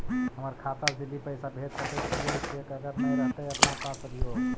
हमर खाता से दिल्ली पैसा भेज सकै छियै चेक अगर नय रहतै अपना पास अभियोग?